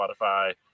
Spotify